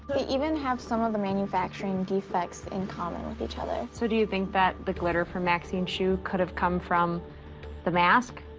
even have some of the manufacturing defects in common with each other. so do you think that the glitter from maxine's shoe could have come from the mask?